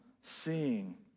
seeing